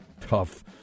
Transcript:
tough